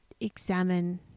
examine